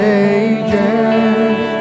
ages